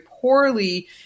poorly